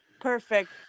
perfect